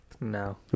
No